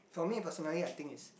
for me personally I think is